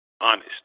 Honest